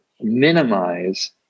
minimize